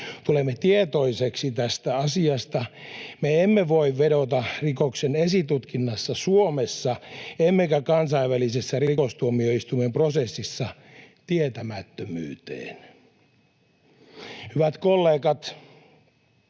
tulemme tietoisiksi tästä asiasta, me emme voi vedota rikoksen esitutkinnassa Suomessa emmekä kansainvälisen rikostuomioistuimen prosessissa tietämättömyyteen. Hyvät kollegat!